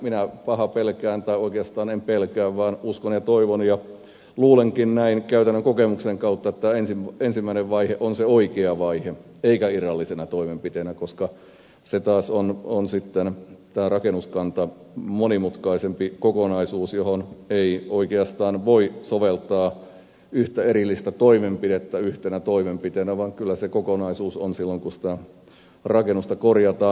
minä pahaa pelkään tai oikeastaan en pelkää vaan uskon ja toivon ja luulenkin näin käytännön kokemuksen kautta että ensimmäinen vaihe on se oikea vaihe eikä pidä toteuttaa irrallista toimenpidettä koska tämä rakennuskanta taas on sitten monimutkaisempi kokonaisuus johon ei oikeastaan voi soveltaa yhtä erillistä toimenpidettä yhtenä toimenpiteenä vaan kyllä se kokonaisuus on silloin kun sitä rakennusta korjataan